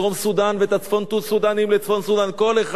איש-איש לעמו ולמולדתו.